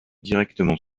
directement